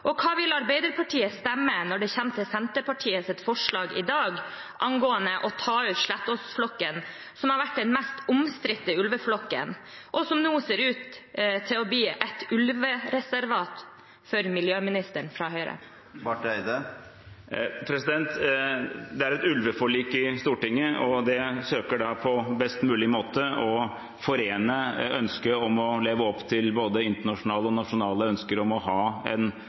Hva vil Arbeiderpartiet stemme når det kommer til Senterpartiets forslag i dag angående å ta ut Slettås-flokken, som har vært den mest omstridte ulveflokken, og som nå ser ut til å bli et ulvereservat for klima- og miljøministeren fra Høyre? Det er et ulveforlik i Stortinget, og det søker på best mulig måte å forene og leve opp til både internasjonale og nasjonale ønsker om å ha en